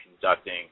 conducting